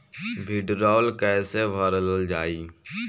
भीडरौल कैसे भरल जाइ?